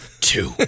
two